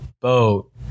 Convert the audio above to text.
boat